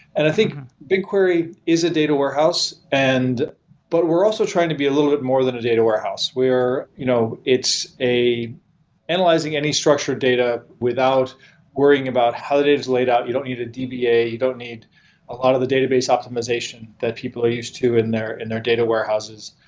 and i think bigquery is a data warehouse. and but we're also trying to be a little bit more than a data warehouse you know it's analyzing any structured data without worrying about how it is laid out. you don't need to deviate you don't need a lot of the database optimization that people use to in their in their data warehouses,